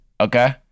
Okay